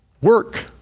work